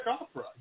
Opera